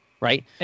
right